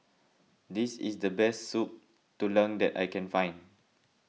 this is the best Soup Tulang that I can find